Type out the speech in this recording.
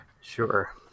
Sure